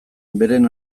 beren